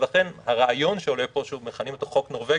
ולכן הרעיון שעולה פה שוב מכנים אותו "חוק נורווגי",